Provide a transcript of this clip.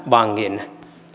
vangin